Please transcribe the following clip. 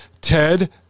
Ted